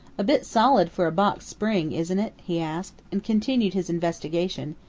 a bit solid for a box spring, isn't it? he asked, and continued his investigation,